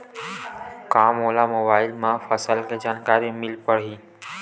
का मोला मोबाइल म फसल के जानकारी मिल पढ़ही?